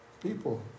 people